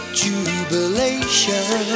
jubilation